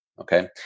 okay